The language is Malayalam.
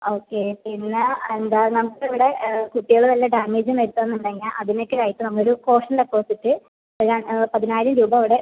ഓക്കെ പിന്നെ എന്താ നമുക്ക് ഇവിടെ കുട്ടികള് വല്ല ഡാമേജും വരുത്താന്ന് ഉണ്ടെങ്കിൽ അതിന് ഒക്കെ ആയിട്ട് നമ്മൾ ഒരു കോഷൻ ഡെപ്പോസിറ്റ് അയ പതിനായിരം രൂപ ഇവിടെ അടയ്ക്കണം